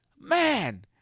man